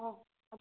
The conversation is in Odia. ହେଉ